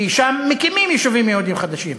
כי שם, מקימים יישובים יהודיים חדשים.